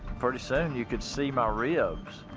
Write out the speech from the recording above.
pretty soon, you could see my ribs.